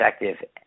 effective